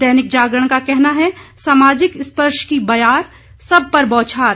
दैनिक जागरण का कहना है सामाजिक स्पर्श की बयार सब पर बौछार